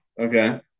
Okay